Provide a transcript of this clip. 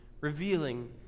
revealing